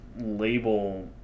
label